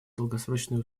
долгосрочной